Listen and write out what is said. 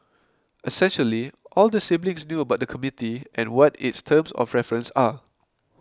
essentially all the siblings knew about the committee and what its terms of reference are